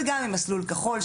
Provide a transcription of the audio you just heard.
וגם עם מסלול כחול,